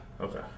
Okay